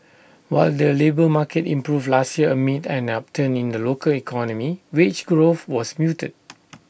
while the labour market improved last year amid an upturn in the local economy wage growth was muted